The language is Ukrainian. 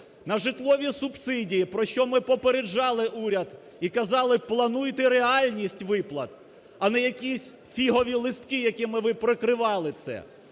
на житлові субсидії, про що ми попереджали уряд і казали, плануйте реальність виплат, а не якісь фігові листки, якими ви прикривали це.